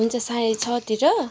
हुन्छ साँढे छतिर